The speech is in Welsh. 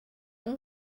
yng